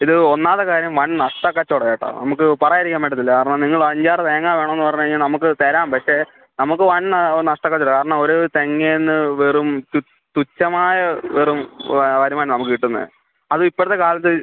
ഇത് ഒന്നാമത്തെ കാര്യം വൻ നഷ്ട കച്ചവടമാണ് കേട്ടോ നമുക്ക് പറയാതിരിക്കാൻ പറ്റത്തില്ല കാരണം നിങ്ങൾ അഞ്ചാറ് തേങ്ങ വേണമെന്ന് പറഞ്ഞ് കഴിഞ്ഞാൽ നമുക്ക് തരാം പക്ഷെ നമുക്ക് വൻ ന നഷ്ട കച്ചവടമാണ് കാരണം ഒരു തേങ്ങയെന്ന് വെറും തു തുച്ഛമായ വെറും വരുമാനമാണ് നമുക്ക് കിട്ടുന്നത് അതും ഇപ്പോഴത്തെക്കാലത്ത്